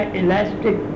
elastic